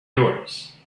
yours